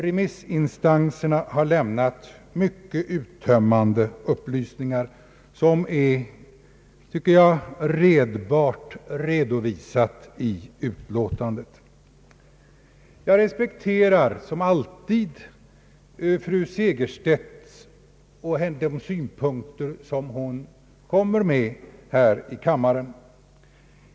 Remissinstanserna har lämnat mycket uttömmande upplysningar, som enligt min mening blivit redbart redovisade i utlåtandet. Jag respekterar som alltid fru Segerstedt Wiberg och de synpunkter som hon lägger fram här i kammaren.